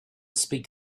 speak